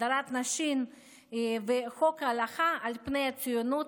הדרת נשים וחוק הלכה על פני ציונות,